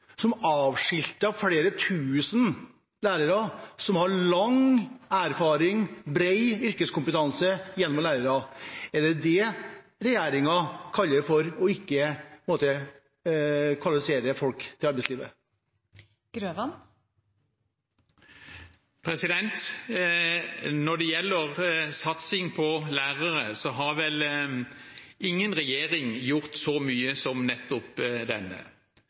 som har lang erfaring og bred yrkeskompetanse gjennom å ha vært lærere. Er det dette regjeringen mener med å ikke kvalifisere folk til arbeidslivet? Når det gjelder satsing på lærere, har vel ingen regjering gjort så mye som nettopp denne.